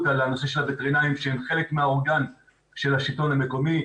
על הנושא של הווטרינרים שהם חלק מהאורגן של השלטון המקומי.